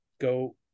go